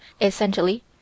essentially